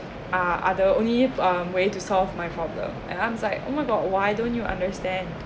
are are the only um way to solve my problem and I'm is like oh my god why don't you understand